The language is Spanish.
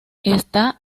está